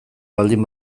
baldin